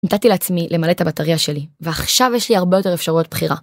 נתתי לעצמי למלא את הבטריה שלי, ועכשיו יש לי הרבה יותר אפשרויות בחירה.